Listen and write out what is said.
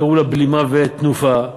שקראו לה "בלימה ותנופה",